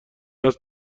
است